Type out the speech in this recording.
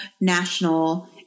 national